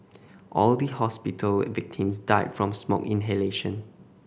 all the hospital victims died from smoke inhalation